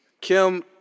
kim